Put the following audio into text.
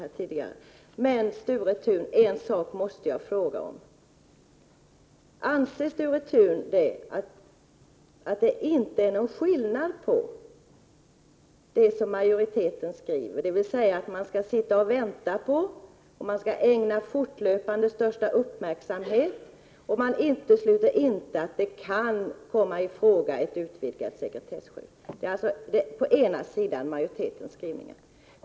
Men jag måste fråga Sture Thun om en sak: Anser Sture Thun att det inte är någon skillnad mellan det som reservanterna skriver och det som majoriteten skriver, nämligen att man skall sitta och vänta, att man fortlöpande skall ägna frågan största uppmärksamhet och att man inte utesluter att ett utvidgat sekretesskydd kan komma i fråga?